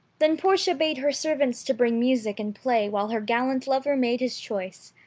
then portia bade her servants to bring music and play while her galliant lover made his choice.